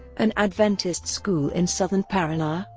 an adventist school in southern parana,